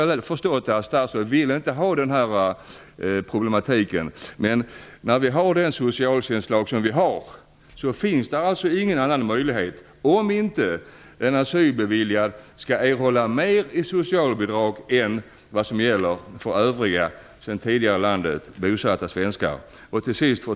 Jag har förstått att statsrådet inte vill ha den här problematiken. Men med den socialtjänstlag som vi har finns det ingen annan möjlighet, om inte en asylbeviljad skall erhålla mer i socialbidrag än övriga sedan tidigare i landet bosatta svenskar. Fru talman!